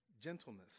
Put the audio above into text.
gentleness